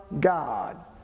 God